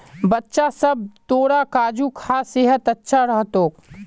बच्चा सब, तोरा काजू खा सेहत अच्छा रह तोक